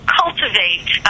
cultivate